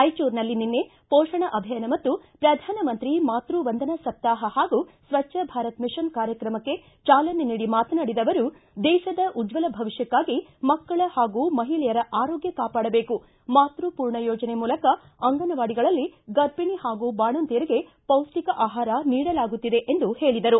ರಾಯಚೂರಿನಲ್ಲಿ ನಿನ್ನೆ ಪೋಷಣ ಅಭಿಯಾನ ಮತ್ತು ಪ್ರಧಾನಮಂತ್ರಿ ಮಾತ್ಯ ವಂದನಾ ಸಪ್ತಾಹ ಹಾಗೂ ಸ್ವಜ್ವ ಭಾರತ ಮಿಷನ್ ಕಾರ್ಯಕ್ರಮಕ್ಕೆ ಚಾಲನೆ ನೀಡಿ ಮಾತನಾಡಿದ ಅವರು ದೇಶದ ಉಜ್ಞಲ ಭವಿಷ್ಕಕಾಗಿ ಮಕ್ಕಳ ಹಾಗೂ ಮಹಿಳೆಯರ ಆರೋಗ್ನ ಕಾಪಾಡಬೇಕು ಮಾತ್ಯಪೂರ್ಣ ಯೋಜನೆ ಮೂಲಕ ಅಂಗನವಾಡಿಗಳಲ್ಲಿ ಗರ್ಭಣಿ ಹಾಗೂ ಬಾಣಂತಿಯರಿಗೆ ಪೌಷ್ಷಿಕ ಆಹಾರ ನೀಡಲಾಗುತ್ತಿದೆ ಎಂದು ಹೇಳಿದರು